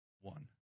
one